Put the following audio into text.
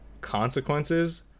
consequences